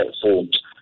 platforms